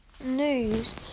News